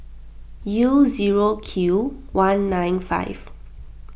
U zero Q one nine five